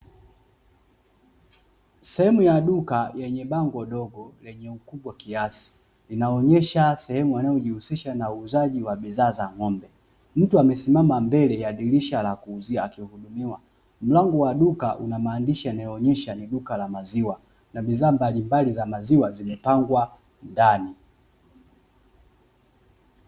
Sehemu ya duka lenye bango dogo lenye ukubwa kiasi, linaonyesha sehemu inayo jihusisha na uuzaji wa bidhaa za ng’ombe. Mtu amesimama mbele ya dirisha la kuuzia akinunua, mlango wa duka una maandishi yanayo onyesha ni duka la maziwa, na bidhaa mbali mbali za maziwa zimepangwa ndani.